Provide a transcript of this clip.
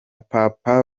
papa